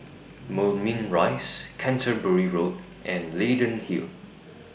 Moulmein Rise Canterbury Road and Leyden Hill